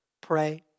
pray